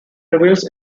reveals